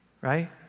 right